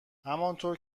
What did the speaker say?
همانطور